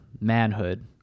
manhood